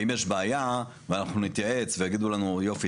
ואם יש בעיה ואנחנו נתייעץ ויגידו לנו: יופי,